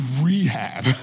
rehab